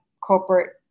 corporate